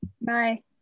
Bye